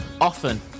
often